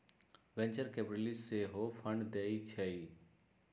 venture capitalist सेहो fund देइ छइ